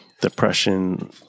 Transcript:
depression